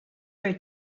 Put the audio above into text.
were